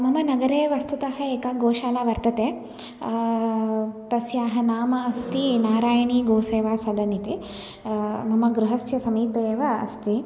मम नगरे वस्तुतः एका गोशाला वर्तते तस्याः नाम अस्ति नारायणी गोसेवा सदनम् इति मम गृहस्य समीपे एव अस्ति